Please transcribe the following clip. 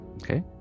Okay